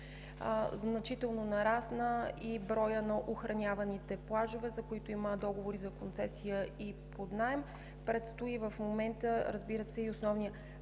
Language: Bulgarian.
Значително нарасна и броят на охраняваните плажове, за които има договори за концесия и под наем. Разбира се, в момента предстои и основният